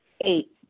Eight